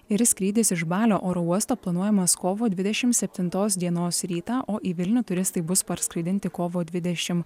ir skrydis iš balio oro uosto planuojamas kovo dvidešim septintos dienos rytą o į vilnių turistai bus parskraidinti kovo dvidešim